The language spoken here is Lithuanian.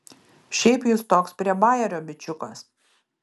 šiaip jis toks prie bajerio bičiukas